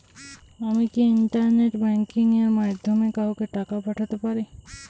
আমি কি internet banking এর মাধ্যমে কাওকে টাকা পাঠাতে পারি?